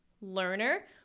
learner